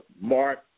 Mark